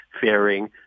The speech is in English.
faring